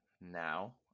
Now